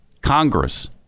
Congress